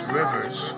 rivers